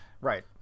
Right